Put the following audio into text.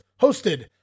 hosted